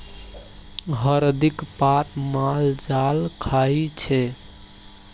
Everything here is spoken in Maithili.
हरदिक पात माल जाल खाइ छै